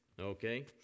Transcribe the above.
Okay